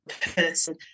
person